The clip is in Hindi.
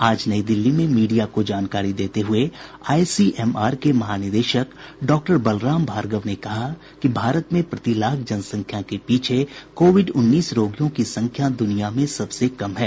आज नई दिल्ली में मीडिया को जानकारी देते हुए आईसीएमआर के महानिदेशक डॉ बलराम भार्गव ने कहा कि भारत में प्रति लाख जनसंख्या के पीछे कोविड उन्नीस रोगियों की संख्या दुनिया में सबसे कम है